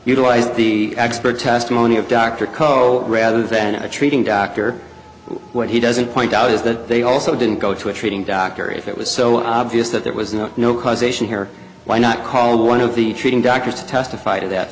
utilized the expert testimony of dr cole rather than a treating doctor what he doesn't point out is that they also didn't go to a treating doctor if it was so obvious that there was no no causation here why not call one of the treating doctors to testify to that